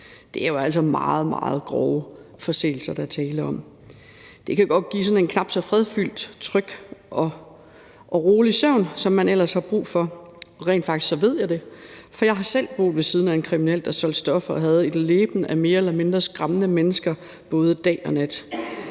Det er jo altså meget, meget grove forseelser, der er tale om. Det kan godt give en knap så fredfyldt, tryg og rolig søvn, som man ellers har brug for. Rent faktisk ved jeg det, for jeg har selv boet ved siden af en kriminel, der solgte stoffer og havde et leben af mere eller mindre skræmmende mennesker både dag og nat.